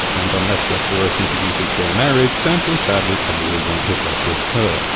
and unless westeros introduces gay marriage, sansa, sadly, probably won't hook up with her.